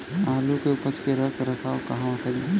आलू के उपज के रख रखाव कहवा करी?